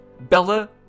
Bella